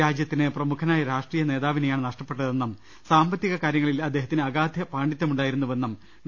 രാജ്യത്തിന് പ്രമുഖനായ രാഷ്ട്രീയ നേതാവിനെയാണ് നഷ്ടപ്പെട്ട തെന്നും സാമ്പത്തിക കാര്യങ്ങളിൽ അദ്ദേഹത്തിന് അഗാധ പാണ്ഡിത്യ മുണ്ടായിരുന്നുവെന്നും ഡോ